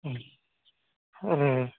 ও ও ও